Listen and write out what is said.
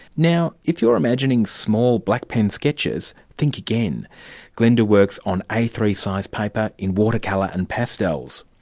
now if you're imagining small black pen sketches, think again glenda works on a three size paper in watercolour and pastels.